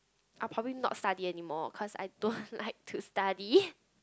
I will probably not study anymore cause I don't like to study